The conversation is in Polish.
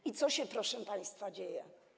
I co się, proszę państwa, dzieje?